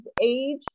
age